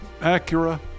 Acura